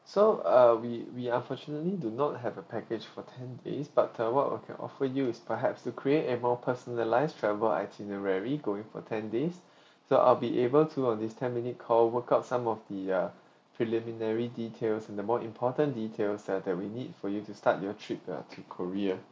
so uh we we unfortunately do not have a package for ten days but uh what we can offer you is perhaps to create a more personalized travel itinerary going for ten days so I'll be able to on this ten minute call work out some of the uh preliminary details and the more important detail uh that we need for you to start your trip ah to korea